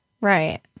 Right